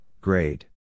grade